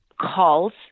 calls